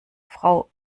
frau